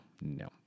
No